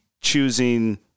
choosing